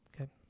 Okay